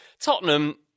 Tottenham